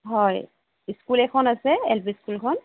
হয় স্কুল এখন আছে এল পি স্কুলখন